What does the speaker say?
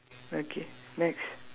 okay next